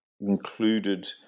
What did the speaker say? included